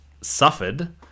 suffered